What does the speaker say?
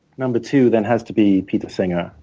number two then has to be peter singer.